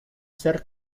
ser